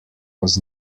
was